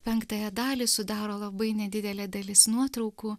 penktąją dalį sudaro labai nedidelė dalis nuotraukų